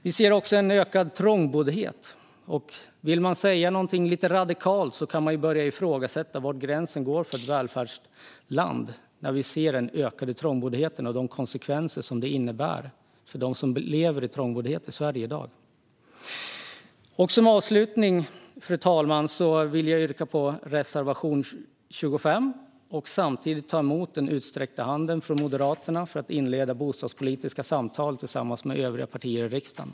Vi ser också en ökad trångboddhet. När vi ser den ökande trångboddheten och de konsekvenser det innebär för dem som lever i trångboddhet i Sverige i dag kan man, om man vill säga någonting lite radikalt, börja ifrågasätta var gränsen går för ett välfärdsland. Som avslutning vill jag ta emot den utsträckta handen från Moderaterna för att inleda bostadspolitiska samtal tillsammans med övriga partier i riksdagen.